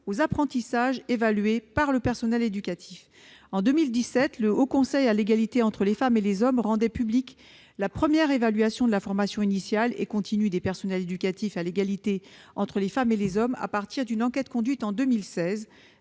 les apprentissages évalués par le personnel éducatif. En 2017, le Haut Conseil à l'égalité entre les femmes et les hommes rendait publique la première évaluation de la formation initiale et continue des personnels éducatifs à l'égalité entre les femmes et les hommes, à partir d'une enquête conduite en 2016,